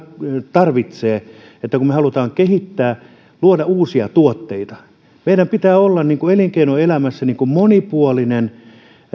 tarvitsee kun me haluamme kehittää luoda uusia tuotteita meidän pitää olla elinkeinoelämässä monipuolinen